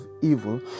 evil